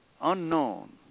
unknown